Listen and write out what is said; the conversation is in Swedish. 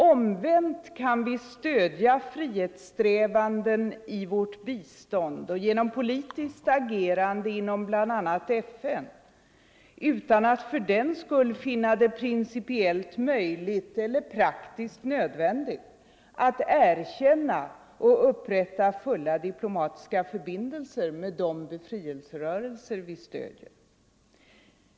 Omvänt kan vi stödja frihetssträvanden i vårt bistånd och genom politiskt agerande inom bl.a. FN utan att fördenskull finna det principiellt möjligt eller praktiskt nödvändigt att erkänna och upprätta fulla diplomatiska förbindelser med de befrielserörelser vi stöder.